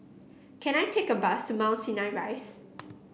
can I take a bus to Mount Sinai Rise